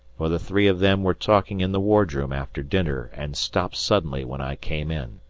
for the three of them were talking in the wardroom after dinner and stopped suddenly when i came in.